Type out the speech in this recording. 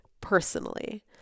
personally